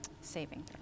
Saving